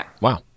Wow